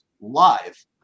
live